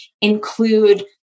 include